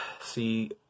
see